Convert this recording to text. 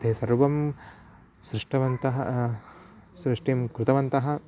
ते सर्वं सृष्टवन्तः सृष्टिं कृतवन्तः